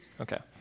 Okay